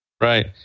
right